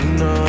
no